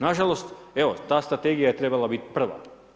Na žalost, evo ta strategija je trebala bit prva.